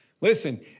Listen